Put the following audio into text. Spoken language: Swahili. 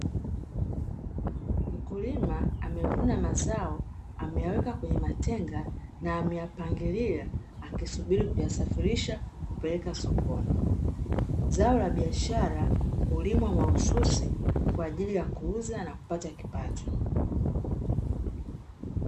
Mkulima amevuna mazao ameyaweka kwenye matenga na ameyapangilia akisubiri kuyasafirisha, kupeleka sokoni. Zao la biashara hulimwa mahususi kwa ajili ya kuuza na kupata kipato.